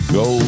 go